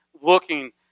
looking